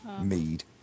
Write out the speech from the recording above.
Mead